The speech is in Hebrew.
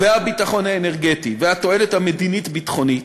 והביטחון האנרגטי והתועלת המדינית-ביטחונית,